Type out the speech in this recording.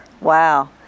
Wow